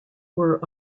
were